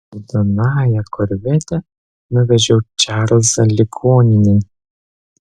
raudonąja korvete nuvežiau čarlzą ligoninėn